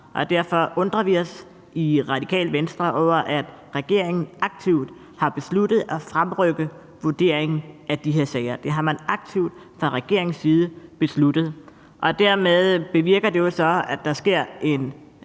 Vi undrer os i Radikale Venstre over, at regeringen aktivt har besluttet at fremrykke vurderingen af de her sager. Det har man aktivt fra regeringens side besluttet. Det bevirker jo så, at der sker en